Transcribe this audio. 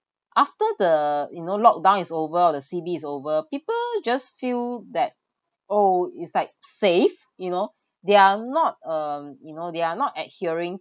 after the you know lock down is over the C_B is over people just feel that oh it's like safe you know they are not um you know they are not adhering